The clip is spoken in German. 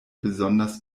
besonders